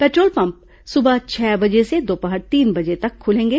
petrol pump सुबह छह बजे से दोपहर तीन बजे तक खुलेंगे